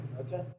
Okay